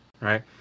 right